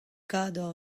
kador